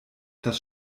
dass